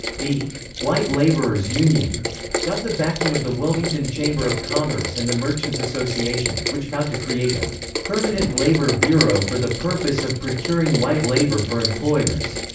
the white laborer's union got the backing of the wilmington chamber of commerce and the merchant's association, which vowed to create a permanent labor bureau for the purpose of procuring white labor for employers